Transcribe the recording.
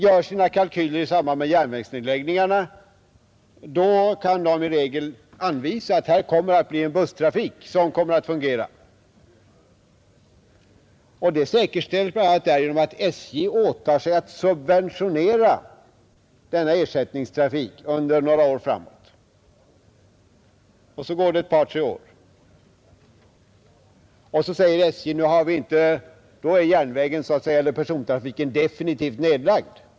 När SJ framlägger förslag om järnvägsnedläggningar kan SJ i regel visa, att det kommer att i stället anordnas en busstrafik som kommer att fungera. Detta säkerställs bl.a. därigenom att SJ åtar sig att subventionera denna ersättningstrafik under några år framåt. Så går det ett par tre år, och persontrafiken på järnväg är definitivt nedlagd.